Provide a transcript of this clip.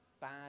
Bad